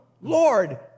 Lord